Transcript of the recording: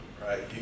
Right